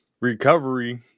recovery